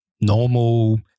normal –